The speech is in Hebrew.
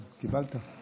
קיבלת?